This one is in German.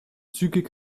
zügig